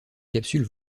capsule